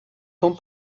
tão